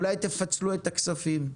אולי תפצלו את הכספים.